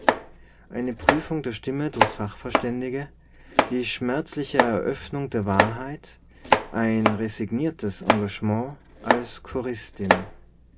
eine prüfung der stimme durch sachverständige die schmerzliche eröffnung der wahrheit ein resigniertes engagement als